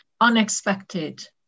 unexpected